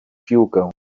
piłkę